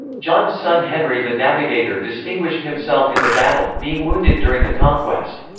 john's son henry the navigator distinguished himself in the battle, being wounded during the conquest.